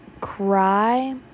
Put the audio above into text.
Cry